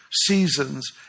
seasons